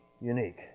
unique